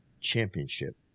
championship